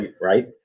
right